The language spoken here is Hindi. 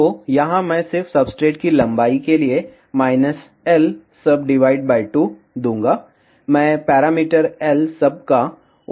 तो यहाँ मैं सिर्फ सब्सट्रेट लंबाई के लिए lsub 2 दूंगा मैं पैरामीटर lsub का उपयोग कर रहा हूं